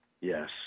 yes